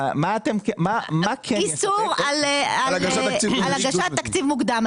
איסור על הגשת תקציב מוקדם,